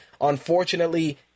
Unfortunately